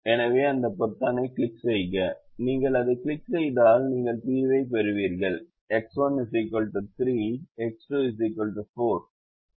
எனவே அந்த பொத்தானைக் கிளிக் செய்க நீங்கள் அதைக் கிளிக் செய்தால் நீங்கள் தீர்வைப் பெறுவீர்கள் X1 3 X2 4 இதன் மதிப்பு 66